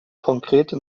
konkrete